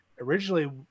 originally